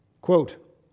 quote